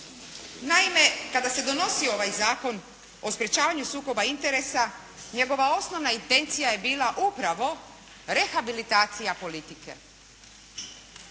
Naime, kada se donosio ovaj Zakon o sprečavanju sukoba interesa, njegova osnovna intencija je bila upravo rehabilitacija politike.